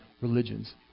religions